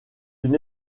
une